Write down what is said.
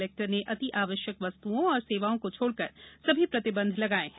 collector ने अति आवश्यक वस्तुओं और सेवाओं को छोड़कर सभी प्रतिबंध लगाये हैं